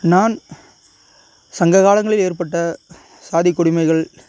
நான் சங்ககாலங்களில் ஏற்பட்ட சாதி கொடுமைகள்